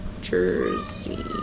Jersey